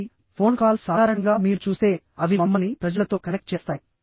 కాబట్టి phone calls సాధారణంగా మీరు చూస్తే అవి మమ్మల్ని ప్రజలతో కనెక్ట్ చేస్తాయి